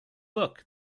look